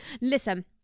Listen